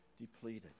depleted